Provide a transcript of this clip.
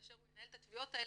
כאשר הוא ינהל את התביעות האלה,